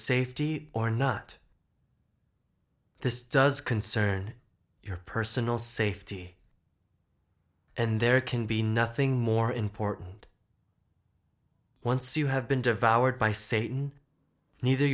safety or not this does concern your personal safety and there can be nothing more important once you have been devoured by satan neither